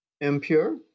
Impure